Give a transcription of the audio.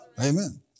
Amen